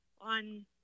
on